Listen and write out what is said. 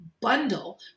bundle